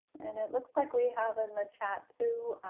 and it looks like we have in the chat to